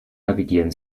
navigieren